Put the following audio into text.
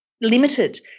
limited